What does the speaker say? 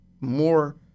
more